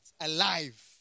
alive